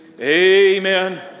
Amen